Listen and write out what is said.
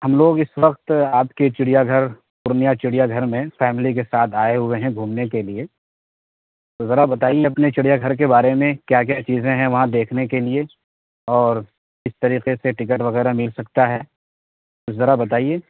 ہم لوگ اس وقت آپ کے چڑیا گھر پورنیہ چڑیا گھر میں فیملی کے ساتھ آئے ہوئے ہیں گھومنے کے لیے تو ذرا بتائیے اپنے چڑیا گھر کے بارے میں کیا کیا چیزیں ہیں وہاں دیکھنے کے لیے اور کس طریقے سے ٹکٹ وغیرہ مل سکتا ہے تو ذرا بتائیے